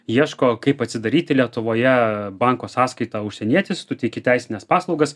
ieško kaip atsidaryti lietuvoje banko sąskaitą užsienietis tu teiki teisines paslaugas